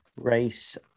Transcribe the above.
Race